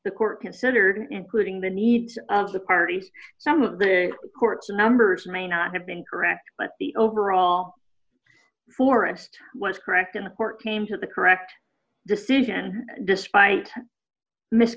the court considered including the needs of the parties some of the court's members may not have been correct but the overall forest was correct in the court came to the correct decision despite mis